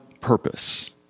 purpose